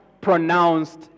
pronounced